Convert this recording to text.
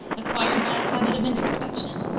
acquired by a habit of introspection,